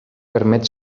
permet